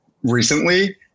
recently